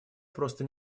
просто